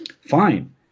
fine